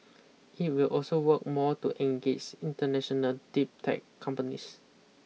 it will also work more to engage international deep tech companies